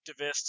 activists